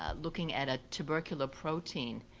ah looking at a tubercular protein